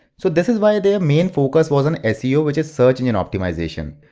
so this is why their main focus was on seo, which is search engine optimization.